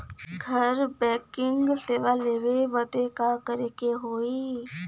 घर बैकिंग सेवा लेवे बदे का करे के होई?